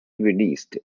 released